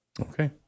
okay